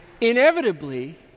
inevitably